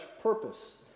purpose